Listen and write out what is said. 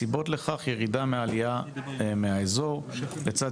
הסיבות לכך הן ירידה מהעלייה מהאזור לצד